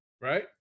right